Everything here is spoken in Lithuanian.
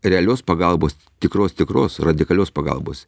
realios pagalbos tikros tikros radikalios pagalbos